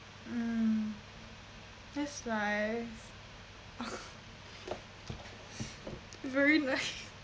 mm that's life very naive